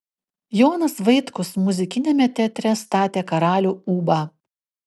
jonas vaitkus muzikiniame teatre statė karalių ūbą